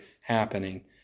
happening